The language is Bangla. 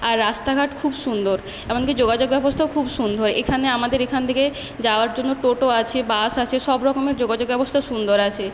আর রাস্তাঘাট খুব সুন্দর এমনকি যোগাযোগ ব্যবস্থাও খুব সুন্দর এখানে আমাদের এখান থেকে যাওয়ার জন্য টোটো আছে বাস আছে সব রকমের যোগাযোগ ব্যবস্থা সুন্দর আছে